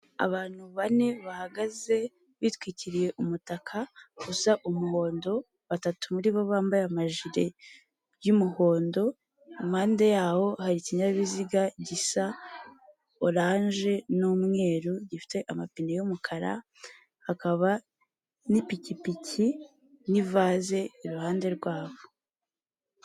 Umuyobozi w'igihugu cy'u Rwanda perezida Paul Kagame, arimo araseka yambaye ikositimu y'umukara, ishati y'ubururu bwerurutse ndetse na karuvati ndetse n'amarinete, yazamuye n'ukuboko, ameze nk'uri gusuhuza abantu.